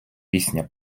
пісня